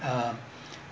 uh